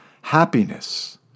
Happiness